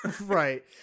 right